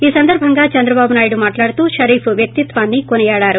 ఈ సందర్బంగా చంద్రబాబు మాట్లాడుతూ షరీఫ్ వ్యక్తిత్వాన్సి కొనియాడారు